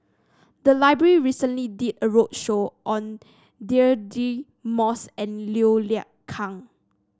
the library recently did a roadshow on Deirdre Moss and Liu Kang